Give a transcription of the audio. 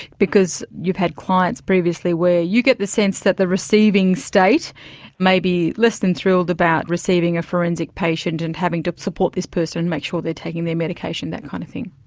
because you've had clients previously where you get the sense that the receiving state may be less than thrilled about receiving a forensic patient and having to support this person, make sure they're taking their medication, that kind of thing?